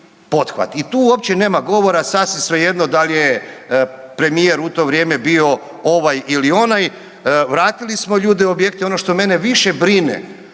I tu uopće nema govora, sasvim svejedno dal je premijer u to vrijeme bio ovaj ili onaj, vratili smo ljude u objekte, ono što mene više brine